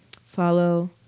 follow